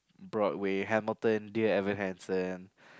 broad way Hamilton dear Everhanson